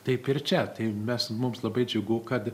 taip ir čia tai mes mums labai džiugu kad